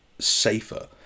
safer